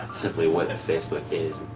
simply what facebook is.